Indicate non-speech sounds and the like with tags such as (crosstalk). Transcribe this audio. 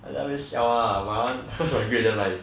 !walao! ah siao ah my one (laughs) grade damn like